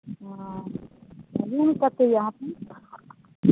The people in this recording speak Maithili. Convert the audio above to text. हँ रुम कते अहि अहाँकेँ